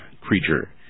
creature